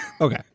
Okay